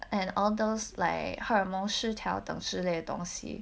and all those like 荷尔蒙失调等之类的东西